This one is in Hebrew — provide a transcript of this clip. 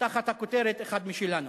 תחת הכותרת "אחד משלנו".